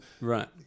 right